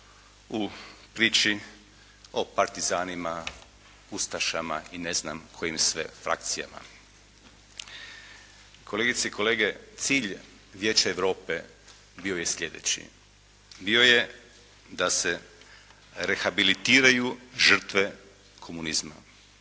u priči o partizanima, ustašama i ne znam kojim sve frakcijama. Kolegice i kolege, cilj Vijeća Europe bio je slijedeći. Bio je da se rehabilitiraju žrtve komunizma.